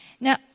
now